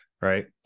right